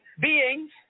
beings